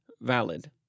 valid